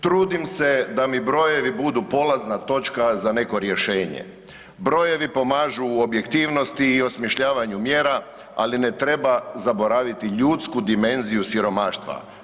Trudim se da mi brojevi budu polazna točka za neko rješenje, brojevi pomažu u objektivnosti i osmišljavanju mjera ali ne treba zaboraviti ljudsku dimenziju siromaštva.